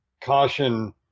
caution